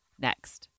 next